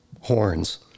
horns